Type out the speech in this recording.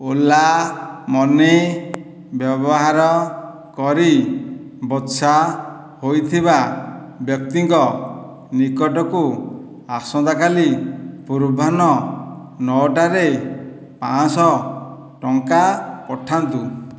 Ola Money ବ୍ୟବହାର କରି ବଛା ହୋଇଥିବା ବ୍ୟକ୍ତିଙ୍କ ନିକଟକୁ ଆସନ୍ତାକାଲି ପୂର୍ବାହ୍ନ ନଅଟା'ରେ ପାଞ୍ଚଶହ ଟଙ୍କା ପଠାନ୍ତୁ